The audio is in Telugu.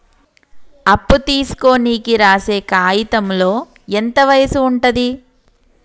అప్పు తీసుకోనికి రాసే కాయితంలో ఎంత వయసు ఉంటది?